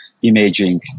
Imaging